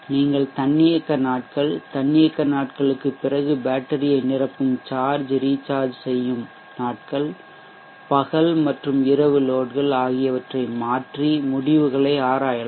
நீங்கள் தன்னியக்க நாட்கள் தன்னியக்க நாட்களுக்குப் பிறகு பேட்டரியை நிரப்பும் சார்ஜ் ரீசார்ஜ் செய்யும் நாட்கள் பகல் மற்றும் இரவு லோட்கள் ஆகியவற்றை மாற்றி முடிவுகளை ஆராயலாம்